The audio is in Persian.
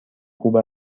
خوب